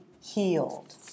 healed